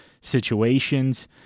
situations